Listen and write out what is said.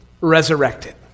resurrected